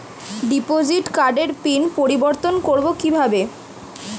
Debit কার্ডের PIN পরিবর্তন করবো কীভাবে?